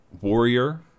warrior